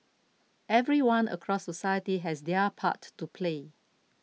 everyone across society has their part to play